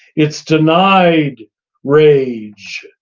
it's denied rage.